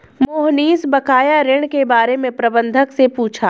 मोहनीश बकाया ऋण के बारे में प्रबंधक से पूछा